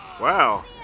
Wow